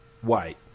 White